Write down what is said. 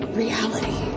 reality